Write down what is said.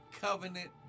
covenant